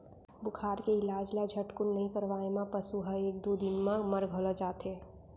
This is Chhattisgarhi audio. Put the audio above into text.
बुखार के इलाज ल झटकुन नइ करवाए म पसु ह एक दू दिन म मर घलौ जाथे